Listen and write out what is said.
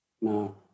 No